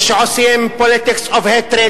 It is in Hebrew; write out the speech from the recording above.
ועושים politics of hatred,